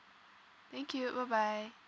thank you bye bye